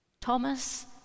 Thomas